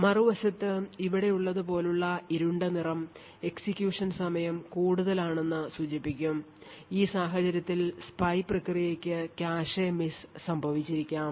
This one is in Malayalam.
മറുവശത്ത് ഇവിടെയുള്ളതുപോലുള്ള ഇരുണ്ട നിറം എക്സിക്യൂഷൻ സമയം കൂടുതലാണെന്ന് സൂചിപ്പിക്കും ഈ സാഹചര്യത്തിൽ spy പ്രക്രിയയ്ക്ക് cache miss സംഭവിച്ചിരിക്കാം